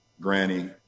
Granny